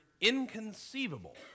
inconceivable